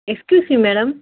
excuse me madam